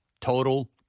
total